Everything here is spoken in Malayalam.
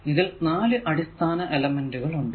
ഇതിൽ നാല് അടിസ്ഥാന എലമെന്റുകൾ ഉണ്ട്